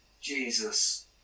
Jesus